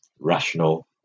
rational